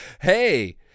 hey